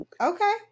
Okay